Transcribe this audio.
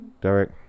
Derek